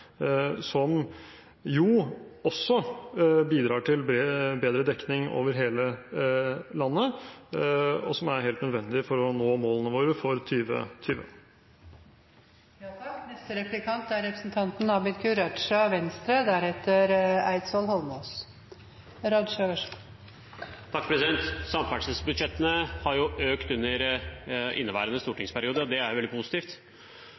som jo også bidrar til bedre dekning over hele landet, og som er helt nødvendig for å nå målene våre for 2020. Samferdselsbudsjettene har økt i inneværende stortingsperiode, og det er